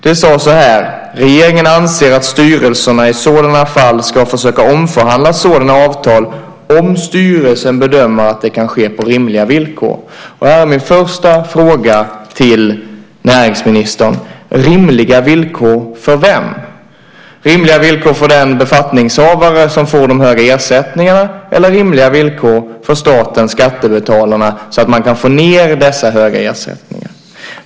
Det står så här: "Regeringen anser att styrelserna i sådana fall ska försöka omförhandla sådana avtal om styrelsen bedömer att det kan ske på rimliga villkor." Här är då min första fråga till näringsministern: Det talas om rimliga villkor - men för vem? Är det rimliga villkor för den befattningshavare som får de höga ersättningarna, eller är det rimliga villkor för staten och skattebetalarna, så att man kan få ned dessa höga ersättningar?